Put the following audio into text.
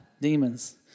demons